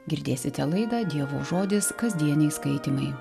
girdėsite laidą dievo žodis kasdieniai skaitymai